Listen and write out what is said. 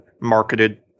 marketed